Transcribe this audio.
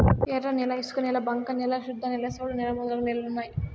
ఎర్రన్యాల ఇసుకనేల బంక న్యాల శుద్ధనేల సౌడు నేల మొదలగు నేలలు ఉన్నాయి